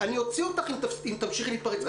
אנחנו רוצים לשמוע את נציגי המורים מהסתדרות המורים.